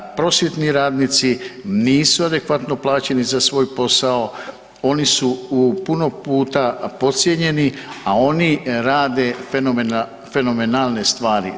Prosvjetni radnici nisu adekvatno plaćeni za svoj posao, oni su u puno puta podcijenjeni, a oni rade fenomenalne stvari.